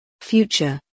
Future